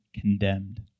condemned